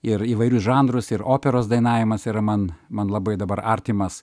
ir įvairius žanrus ir operos dainavimas yra man man labai dabar artimas